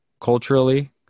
Culturally